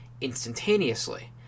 instantaneously